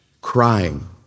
Crying